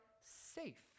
safe